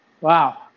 wow